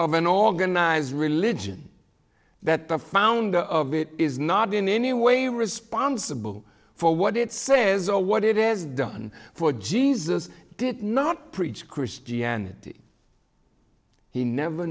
of an organized religion that the founder of it is not in any way responsible for what it says or what it is done for jesus did not preach christianity he never